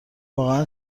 واقعن